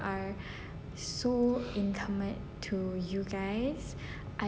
so intimate to you guys I